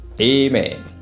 Amen